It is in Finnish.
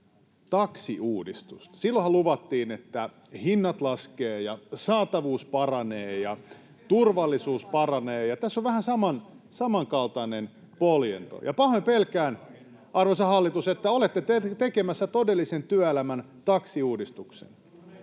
taksiuudistus. Silloinhan luvattiin, että hinnat laskevat ja saatavuus paranee ja turvallisuus paranee, [Timo Heinonen: Mikä on se kärki?] ja tässä on vähän samankaltainen poljento. Pahoin pelkään, arvoisa hallitus, että olette tekemässä todellisen työelämän taksiuudistuksen.